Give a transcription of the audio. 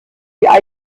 die